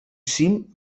cim